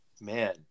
Man